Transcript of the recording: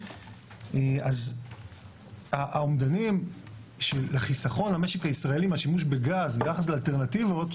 אז האמדנים לחסכון למשק הישראלי מהשימוש בגז ביחס לאלטרנטיבות